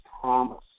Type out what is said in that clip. promise